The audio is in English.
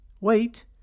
wait